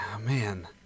man